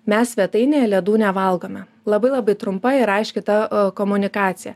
mes svetainėje ledų nevalgome labai labai trumpai ir aiškiai ta komunikacija